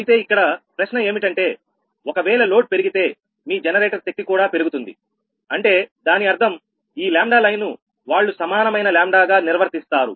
అయితే ఇక్కడ ప్రశ్న ఏమిటంటే ఒకవేళ లోడ్ పెరిగితే మీ జనరేటర్ శక్తి కూడా పెరుగుతుంది అంటే దాని అర్థం ఈ λ లైను వాళ్లు సమానమైన λ గా నిర్వర్తిస్తారు